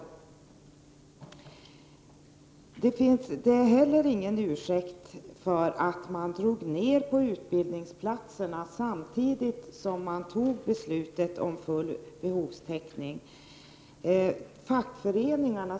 Att det föds fler barn är inte heller någon ursäkt för att man drog ned antalet utbildningsplatser samtidigt som beslutet om full behovstäckning fattades.